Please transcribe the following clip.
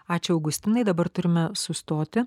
ačiū augustinui dabar turime sustoti